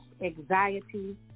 anxiety